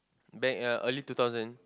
back uh early two thousand